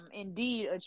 indeed